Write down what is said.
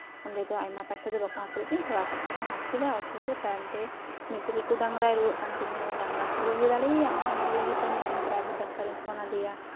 ᱚᱸᱰᱮ ᱫᱚ ᱟᱭᱢᱟ ᱯᱚᱭᱥᱟ ᱫᱚ ᱟᱭᱢᱟ ᱯᱚᱭᱥᱟ ᱫᱚ ᱵᱟᱝ ᱠᱚ ᱦᱟᱛ ᱞᱮᱫ ᱛᱤᱧᱟ ᱛᱷᱚᱲᱟ ᱯᱚᱭᱥᱟ ᱠᱚ ᱦᱟᱛ ᱠᱮᱫᱟ ᱚᱛᱷᱚᱪᱚ ᱛᱟᱭᱚᱢ ᱛᱮ ᱢᱤᱫᱴᱟᱝ ᱞᱟᱹᱴᱩ ᱰᱟᱝᱨᱟᱭ ᱨᱩᱣᱟᱹᱜ ᱠᱟᱱ ᱛᱤᱧᱟᱹ ᱩᱱᱤ ᱰᱟᱝᱨᱟ ᱛᱷᱚᱨ ᱵᱟᱹᱧ ᱤᱫᱤ ᱫᱟᱲᱮᱭᱟ ᱩᱱᱤ ᱰᱟᱝᱨᱟ ᱞᱟᱹᱜᱤᱫ ᱛᱮ ᱢᱤᱫᱴᱮᱱ ᱯᱨᱟᱭᱵᱷᱮᱴ ᱰᱟᱠᱛᱟᱨᱮᱧ ᱯᱷᱳᱱ ᱟᱫᱮᱭᱟ